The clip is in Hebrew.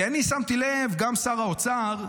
כי אני שמתי לב שגם שר האוצר,